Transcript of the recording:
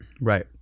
Right